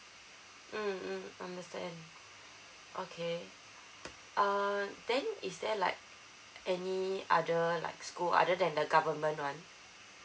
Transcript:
mm mm understand okay uh then is there like any other like school other than the government [one]